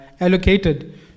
allocated